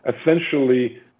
essentially